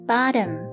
Bottom